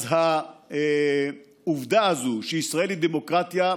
אז העובדה הזאת שישראל היא דמוקרטיה,